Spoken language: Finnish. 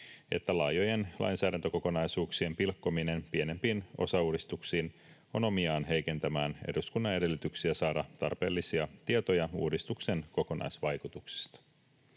että laajojen lainsäädäntökokonaisuuksien pilkkominen pienempiin osauudistuksiin on omiaan heikentämään eduskunnan edellytyksiä saada tarpeellisia tietoja uudistuksen kokonaisvaikutuksista.